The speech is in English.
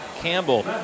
Campbell